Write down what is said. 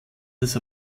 des